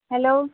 hello